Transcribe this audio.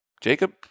Jacob